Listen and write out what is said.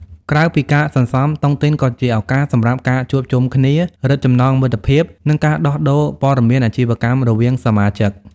ក្រៅពីការសន្សំ តុងទីនក៏ជាឱកាសសម្រាប់ការជួបជុំគ្នា រឹតចំណងមិត្តភាព និងការដោះដូរព័ត៌មានអាជីវកម្មរវាងសមាជិក។